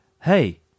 hey